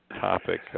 topic